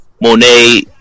Monet